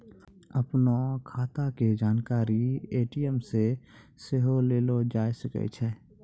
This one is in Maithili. अपनो खाता के जानकारी ए.टी.एम से सेहो लेलो जाय सकै छै